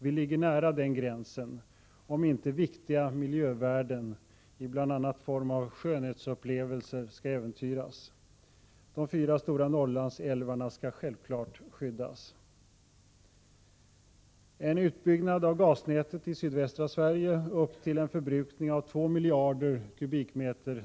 Vi ligger nära den gränsen och kan inte gå längre, om inte viktiga miljövärden i form av bl.a. skönhetsupplevelser skall äventyras. De fyra stora Norrlandsälvarna skall självfallet skyddas. En utbyggnad av gasnätet i sydvästra Sverige upp till en förbrukning av 2 miljarder m?